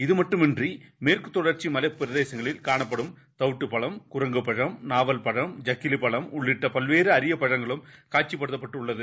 இதுமட்டுமின்றி மேற்குதொடர்ச்சிமலைப்பிரதேசங்களில் காணப்படும்தவுட்டுபழம் குரங்குபழம் நாவல்பழம் ஜக்கிலிபழம் உள்ளிட்டபல்வேறுஅரியபழங்களும் காட்சிப்படுக்கப்பட்டுள்ளது